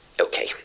Okay